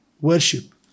worship